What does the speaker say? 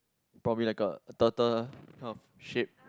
probably like a turtle kind of shape